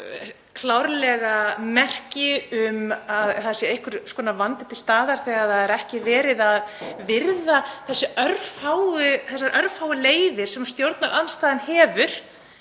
klárlega merki um að það sé einhvers konar vandi til staðar þegar ekki er verið að virða þær örfáu leiðir sem stjórnarandstaðan hefur